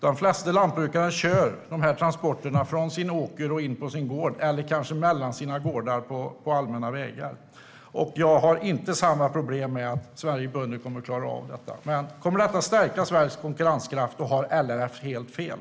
De flesta lantbrukare kör dessa transporter från sin åker och in på sin gård eller mellan sina åkrar på allmänna vägar. Jag har inte samma problem när det gäller om Sveriges bönder kommer att klara av detta. Kommer detta att stärka Sveriges konkurrenskraft? Har LRF helt fel?